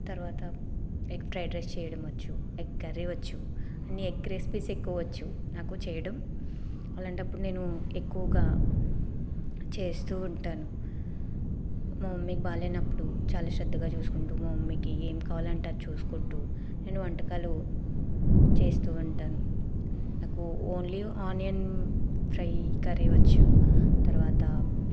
తర్వాత egg fried rice చేయడం వచ్చు ఎగ్ కర్రీ వచ్చు అన్ని ఎగ్ రెసిపీస్ ఎక్కువ వచ్చు నాకు చేయడం అలాంటప్పుడు నేను ఎక్కువగా చేస్తూ ఉంటాను మా మమ్మీకి బాలేనప్పుడు చాలా శ్రద్ధగా చూసుకుంటూ మా మమ్మీకి ఏం కావాలంటే అది చూసుకుంటూ నేను వంటకాలు చేస్తూ ఉంటాను నాకు ఓన్లీ ఆనియన్ ఫ్రై కర్రీ వచ్చు తర్వాత